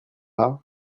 pas